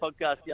podcast